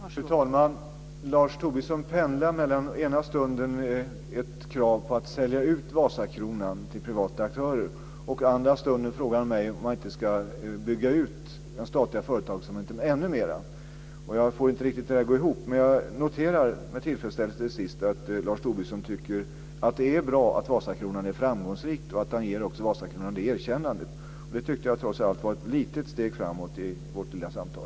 Fru talman! Lars Tobisson pendlar mellan att å ena stunden ställa ett krav på att sälja ut Vasakronan till privata aktörer och att andra stunden fråga mig om man inte ska bygga ut den statliga företagsverksamheten ännu mera. Jag får inte riktigt det att gå ihop. Men jag noterar med tillfredsställelse till sist att Lars Tobisson tycker att det är bra att Vasakronan är framgångsrikt, han ger Vasakronan det erkännandet. Det tyckte jag trots allt var ett litet steg framåt i vårt lilla samtal.